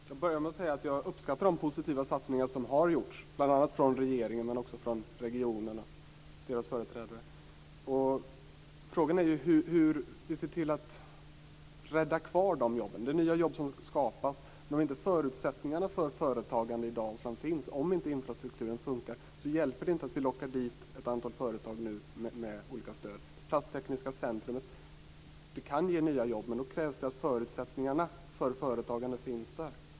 Herr talman! Jag kan börja med att säga att jag uppskattar de positiva satsningar som har gjorts, bl.a. av regeringen men också av regionerna och deras företrädare. Frågan är ju hur vi ser till att rädda kvar dessa jobb, de nya jobb som skapas. Om inte förutsättningarna för företagande i Dalsland finns, om inte infrastrukturen funkar, hjälper det inte att vi nu lockar dit ett antal företag med olika stöd. Det plasttekniska centrumet kan ge nya jobb. Men då krävs det att förutsättningarna för företagande finns där.